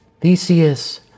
Theseus